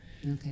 Okay